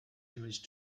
image